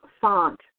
font